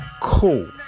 Cool